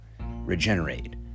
Regenerate